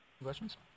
questions